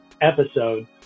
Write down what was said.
Episode